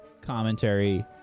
commentary